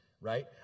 right